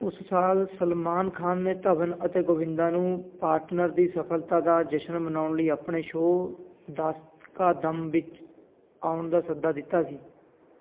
ਉਸ ਸਾਲ ਸਲਮਾਨ ਖਾਨ ਨੇ ਧਵਨ ਅਤੇ ਗੋਵਿੰਦਾ ਨੂੰ ਪਾਰਟਨਰ ਦੀ ਸਫਲਤਾ ਦਾ ਜਸ਼ਨ ਮਨਾਉਣ ਲਈ ਆਪਣੇ ਸ਼ੋਅ ਦਸ ਕਾ ਦਮ ਵਿੱਚ ਆਉਣ ਦਾ ਸੱਦਾ ਦਿੱਤਾ ਸੀ